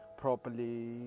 properly